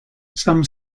some